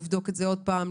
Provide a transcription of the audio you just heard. לבדוק את זה עוד פעם,